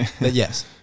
yes